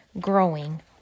growing